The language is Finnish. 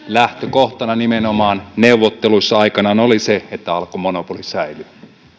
lähtökohtana nimenomaan neuvotteluissa aikanaan oli se että alkon monopoli säilyy